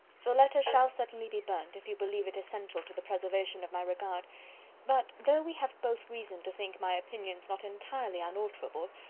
the letter shall certainly be burnt, if you believe it essential to the preservation of my regard but, though we have both reason to think my opinions not entirely unalterable,